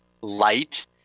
light